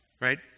right